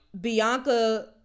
Bianca